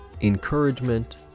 encouragement